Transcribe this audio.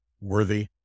worthy